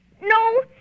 No